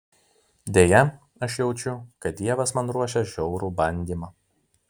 deja aš jaučiu kad dievas man ruošia žiaurų bandymą